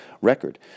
record